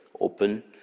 open